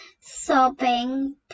Sobbing